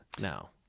now